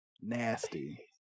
nasty